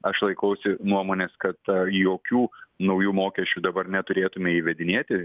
aš laikausi nuomonės kad jokių naujų mokesčių dabar neturėtume įvedinėti